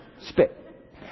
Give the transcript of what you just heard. spit